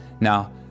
Now